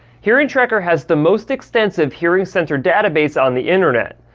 hearing tracker has the most extensive hearing center database on the internet.